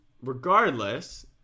Regardless